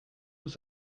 nous